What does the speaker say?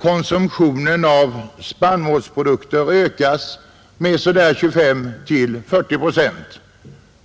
konsumtionen av spannmålsprodukter bör ökas med 25—40 procent.